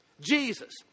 Jesus